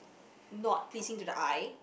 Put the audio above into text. not pleasing to the eye